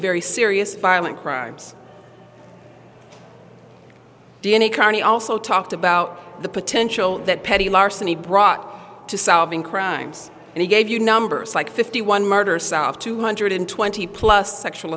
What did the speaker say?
very serious violent crimes d n a carney also talked about the potential that petty larceny brought to solving crimes and he gave you numbers like fifty one murder south two hundred twenty plus sexual